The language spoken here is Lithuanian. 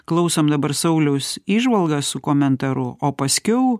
klausom dabar sauliaus įžvalgas su komentaru o paskiau